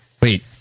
Wait